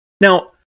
Now